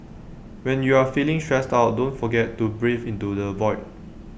when you are feeling stressed out don't forget to breathe into the void